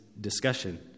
discussion